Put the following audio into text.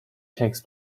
takes